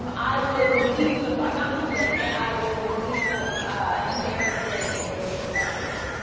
um i will release some, i'm not moving, and i will release some embarrassing information about you.